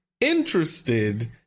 Interested